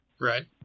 Right